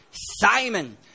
Simon